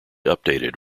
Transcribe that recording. updated